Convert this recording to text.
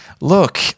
look